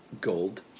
gold